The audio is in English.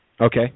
Okay